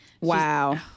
Wow